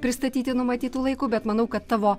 pristatyti numatytu laiku bet manau kad tavo